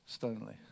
Stonely